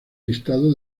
listado